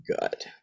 good